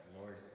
Lord